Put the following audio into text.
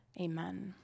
amen